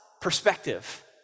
perspective